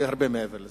זה הרבה מעבר לזה.